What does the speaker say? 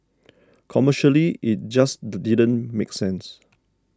commercially it just didn't make sense